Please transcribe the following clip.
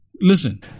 Listen